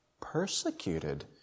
persecuted